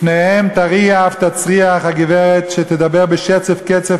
לפניהם תריע אף תצליח הגברת שתדבר בשצף קצף